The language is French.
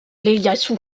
ieyasu